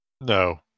No